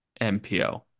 MPO